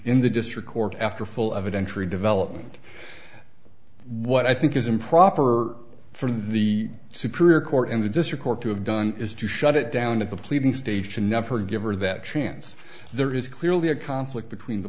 in the district court after full of an entry development what i think is improper for the superior court and the district court to have done is to shut it down at the pleading stage to never give her that chance there is clearly a conflict between the